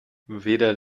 weder